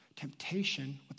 temptation